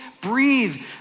breathe